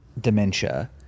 dementia